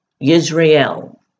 Israel